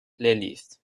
playlist